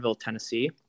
Tennessee